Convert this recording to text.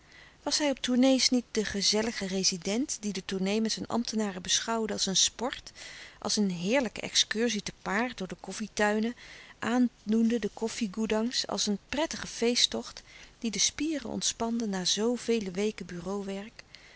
was hij op tournées niet de gezellige rezident die de tournée met zijn ambtenaren beschouwde als een sport als een heerlijke excursie te paard door de koffietuinen aandoende de koffie goedangs als een prettige feesttocht die de spieren ontspande na zoo vele weken bureau werk